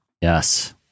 Yes